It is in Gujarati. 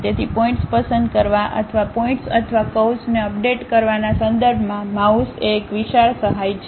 તેથી પોઇન્ટ્સ પસંદ કરવા અથવા પોઇન્ટ્સ અથવા કર્વ્સને અપડેટ કરવાના સંદર્ભમાં માઉસ એ એક વિશાળ સહાય છે